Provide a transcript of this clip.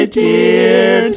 dear